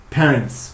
parents